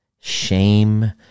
shame